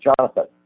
Jonathan